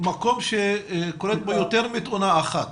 במקום שקורית בו יותר מתאונה אחת,